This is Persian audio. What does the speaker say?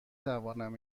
توانم